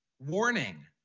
Warning